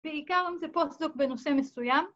‫בעיקר אם זה פוסט-דוק בנושא מסוים.